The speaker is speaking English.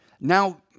Now